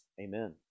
Amen